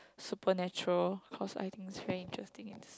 supernatural because I think strangest thing it's